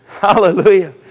hallelujah